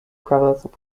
brothers